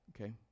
Okay